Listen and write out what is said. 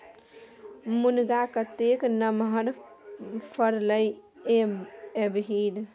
मुनगा कतेक नमहर फरलै ये एहिबेर